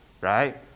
Right